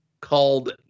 called